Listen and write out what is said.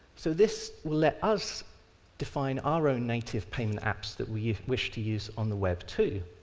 so this will let us define our own native payment apps that we wish to use on the web too.